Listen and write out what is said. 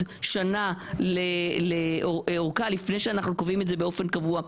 שנה אורכה לפני שאנחנו קובעים את זה באופן קבוע.